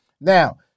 Now